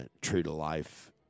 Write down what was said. true-to-life